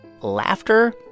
Laughter